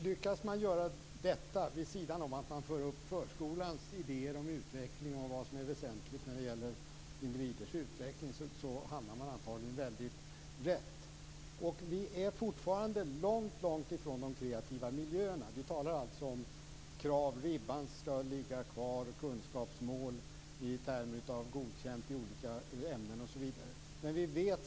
Lyckas man med det vid sidan av att man för upp förskolans idéer om utveckling och vad som är väsentligt när det gäller individers utveckling hamnar man antagligen rätt. Vi är fortfarande långt ifrån de kreativa miljöerna. Vi talar om att ribban skall ligga kvar och kunskapsmål i termer av godkänt i olika ämnen osv.